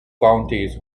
counties